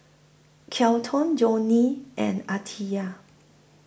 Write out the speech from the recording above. Kelton Joni and Aditya